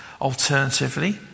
Alternatively